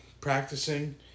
practicing